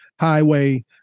Highway